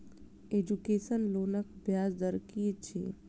Education लोनक ब्याज दर की अछि?